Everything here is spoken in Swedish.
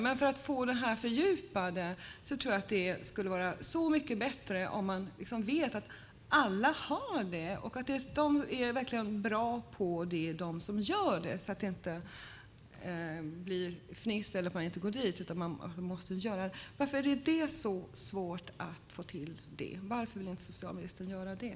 Men för att få det fördjupat tror jag att det skulle vara så mycket bättre om man vet att alla har det och att de som gör det verkligen är bra på det, så att det inte blir fniss eller att man inte går dit. Varför är det så svårt att få till det? Varför vill socialministern inte göra det?